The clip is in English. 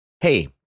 Hey